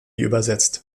übersetzt